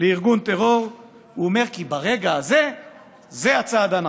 לארגון טרור הוא אומר כי ברגע הזה זה הצעד הנכון.